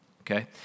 okay